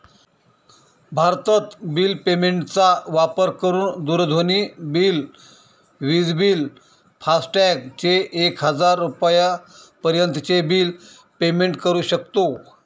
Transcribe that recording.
भारतत bill payment चा वापर करून दूरध्वनी बिल, विज बिल, फास्टॅग चे एक हजार रुपयापर्यंत चे बिल पेमेंट करू शकतो